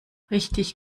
richtig